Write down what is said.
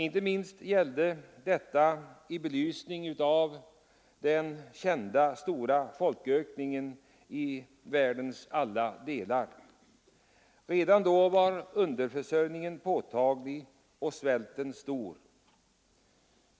Inte minst gällde detta i belysningen av den kända stora folkökningen i världens alla delar. Redan då var underförsörjningen påtaglig och svälten stor.